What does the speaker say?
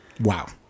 wow